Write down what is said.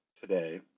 today